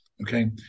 Okay